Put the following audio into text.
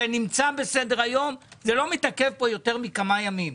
זה נמצא בסדר היום ולא מתעכב פה יותר מכמה ימים,